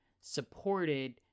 supported